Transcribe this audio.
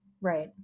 Right